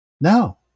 No